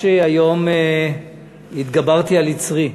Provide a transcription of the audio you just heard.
שהיום ממש התגברתי על יצרי.